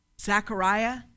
Zachariah